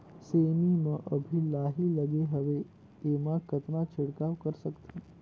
सेमी म अभी लाही लगे हवे एमा कतना छिड़काव कर सकथन?